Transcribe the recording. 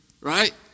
Right